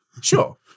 Sure